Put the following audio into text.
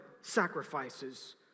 sacrifices